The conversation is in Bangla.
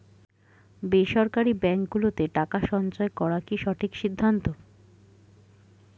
বেসরকারী ব্যাঙ্ক গুলোতে টাকা সঞ্চয় করা কি সঠিক সিদ্ধান্ত?